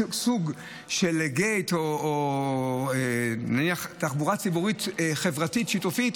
סוג של GET או נניח תחבורה ציבורית חברתית-שיתופית,